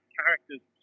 characters